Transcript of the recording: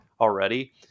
already